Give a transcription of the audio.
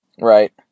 Right